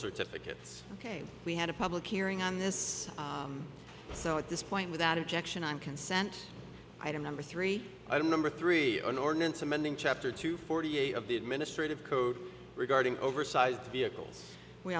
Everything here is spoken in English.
certificates ok we had a public hearing on this so at this point without objection on consent item number three i don't number three an ordinance amending chapter two forty eight of the administrative code regarding oversized vehicles we